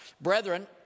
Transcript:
Brethren